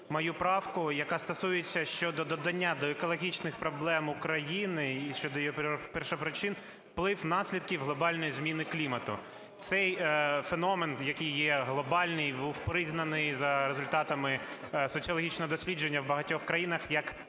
мою правку, яка стосується щодо додання до екологічних проблем України і щодо її першопричин вплив наслідків глобальної зміни клімату. Цей феномен, який є глобальний, був признаний за результатами соціологічного дослідження в багатьох країнах як першим